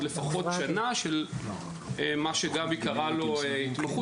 לפחות שנה של מה שקרא לו גבי "התמחות".